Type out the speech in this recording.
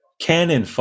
Canon